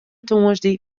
tongersdei